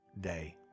day